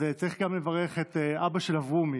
אז צריך גם לברך את אבא של אברומי,